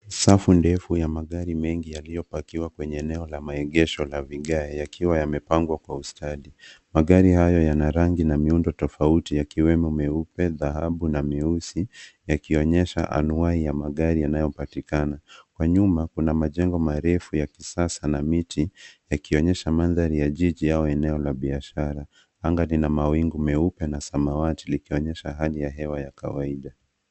Safu ndefu ya magari mengi yaliyopakiwa kwenye eneo la maegesho la vigae yakiwa yamepangwa kwa ustadi. Magari hayo yana rangi na miundo tofauti yakiwemo meupe, dhahabu na meusi yakionyesha anwai ya magari yanayopatikana. Kwa nyuma, kuna majengo marefu ya kisasa na miti yakionyesha mandhari ya jiji au eneo la biashara. Anga lina mawingu meupe na samawati likionyesha hali ya hewa ya kawaida.